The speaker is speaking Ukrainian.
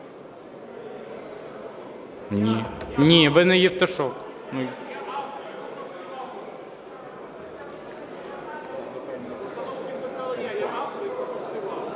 Ні! Ви не Євтушок.